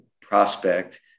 prospect